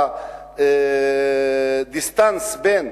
והדיסטנס בין